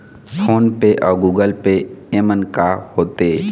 Phone पे अउ Google Pay येमन का होते?